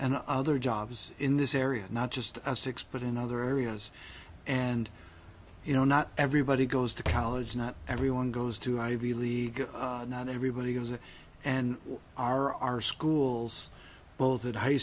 and other jobs in this area not just six but in other areas and you know not everybody goes to college not everyone goes to ivy league not everybody has and what are our schools both at high